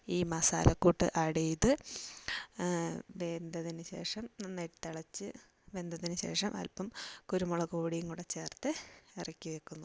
ഈ മസാലക്കൂട്ട് ആഡ് ചെയ്ത് വെന്തതിനുശേഷം നന്നായിട്ട് തിളച്ച് വെന്തതിനുശേഷം അല്പം കുരുമുളക് പൊടിയും കൂടെ ചേർത്ത് ഇറക്കി വയ്ക്കുന്നു